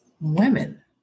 women